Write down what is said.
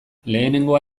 lehenengoa